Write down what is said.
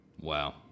Wow